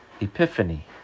Epiphany